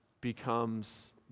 becomes